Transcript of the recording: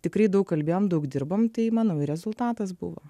tikrai daug kalbėjom daug dirbom tai manau ir rezultatas buvo